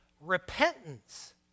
repentance